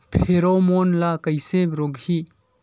Pheromone ला कइसे रोकही?